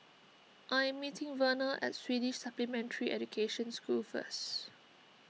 I am meeting Verner at Swedish Supplementary Education School first